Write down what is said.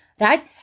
right